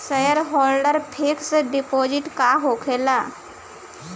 Shareholder fix deposit का होखे ला?